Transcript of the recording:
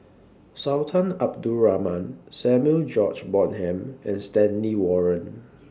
Sultan Abdul Rahman Samuel George Bonham and Stanley Warren